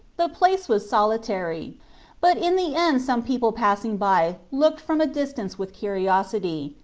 the place was solitary but in the end some people passing by looked from a distance with curiosity,